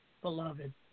beloved